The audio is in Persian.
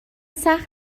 سخت